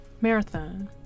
Marathon